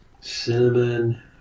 cinnamon